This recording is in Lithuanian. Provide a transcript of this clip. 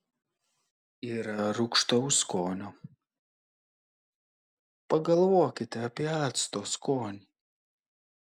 yra rūgštaus skonio pagalvokite apie acto skonį